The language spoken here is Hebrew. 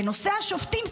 בנושא השופטים,